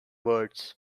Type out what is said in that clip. words